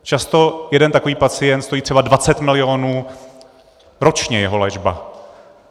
Často jeden takový pacient stojí třeba 20 milionů ročně, jeho léčba.